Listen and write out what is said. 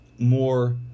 more